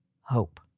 hope